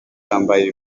yambaye